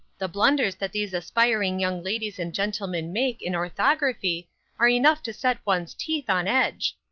the blunders that these aspiring young ladies and gentlemen make in orthography are enough to set one's teeth on edge.